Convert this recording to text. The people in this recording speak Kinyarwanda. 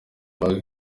park